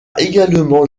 également